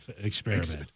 Experiment